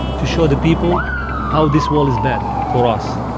to show the people how this wall is bad for us.